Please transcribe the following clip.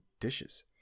dishes